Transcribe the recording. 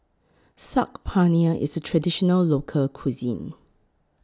Saag Paneer IS A Traditional Local Cuisine